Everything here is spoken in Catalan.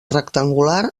rectangular